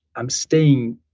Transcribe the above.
i'm staying